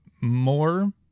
more